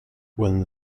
when